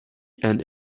and